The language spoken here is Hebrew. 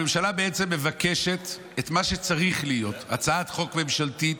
הממשלה בעצם מבקשת את מה שצריך להיות: הצעת חוק ממשלתית,